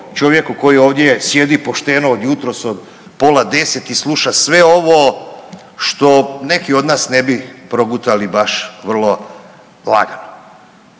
čovjeku koji ovdje sjedi pošteno od jutros od pola 10 i sluša sve ovo što neki od nas ne bi progutali baš vrlo lagano.